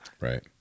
right